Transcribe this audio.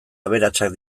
aberatsak